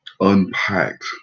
unpacked